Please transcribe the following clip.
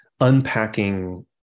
unpacking